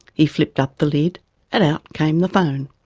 he flipped up the lid and out came the phone.